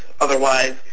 otherwise